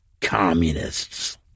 communists